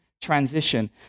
transition